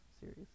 series